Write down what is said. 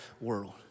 world